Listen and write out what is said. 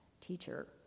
Teacher